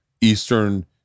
eastern